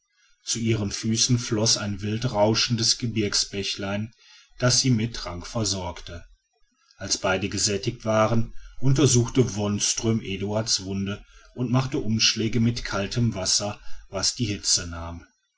zu ihren füßen floß ein wildrauschendes gebirgsbächlein das sie mit trank versorgte als beide gesättigt waren untersuchte wonström eduard's wunde und machte umschläge mit kaltem wasser was die hitze nahm